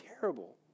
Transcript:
Terrible